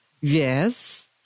yes